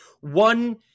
one